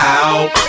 out